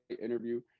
interview